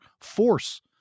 force